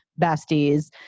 besties